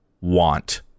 want